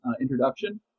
introduction